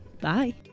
Bye